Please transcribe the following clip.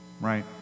right